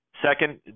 Second